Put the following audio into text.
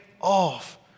off